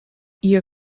your